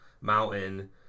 Mountain